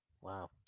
wow